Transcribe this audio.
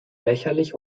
lächerlich